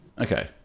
Okay